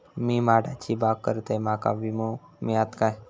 मी माडाची बाग करतंय माका विमो मिळात काय?